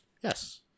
Yes